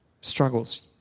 struggles